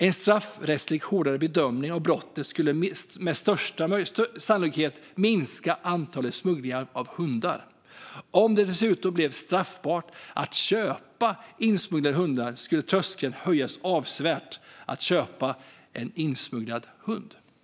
En straffrättsligt hårdare bedömning av brottet skulle med största sannolikhet minska antalet smugglingar av hundar. Om det dessutom blev straffbart att köpa insmugglade hundar skulle tröskeln för att köpa en insmugglad hund höjas avsevärt.